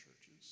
churches